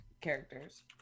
characters